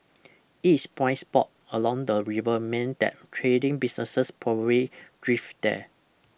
it is prime spot along the river meant that trading businesses probably thrived there